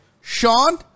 Sean